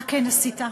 מה כן עשית?